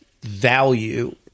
value